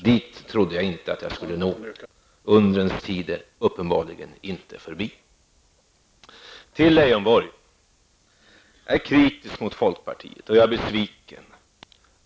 Dit trodde jag inte att jag skulle kunna nå. Undrens tid är uppenbarligen inte förbi. Till Lars Leijonborg vill jag säga att jag är kritisk mot folkpartiet och besviken.